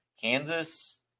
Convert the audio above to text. Kansas